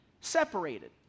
separated